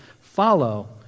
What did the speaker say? follow